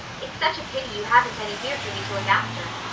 it's such a pity you haven't any here for me to look after.